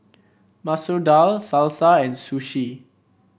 Masoor Dal Salsa and Sushi